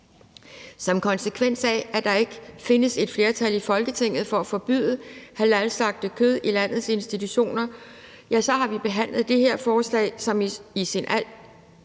Som konsekvens af at der ikke findes et flertal i Folketinget for at forbyde halalslagtet kød i landets institutioner, har vi behandlet det her forslag, som i al